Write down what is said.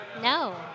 No